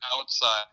outside